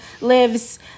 lives